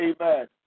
amen